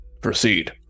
Proceed